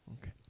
Okay